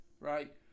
right